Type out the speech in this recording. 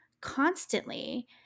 Constantly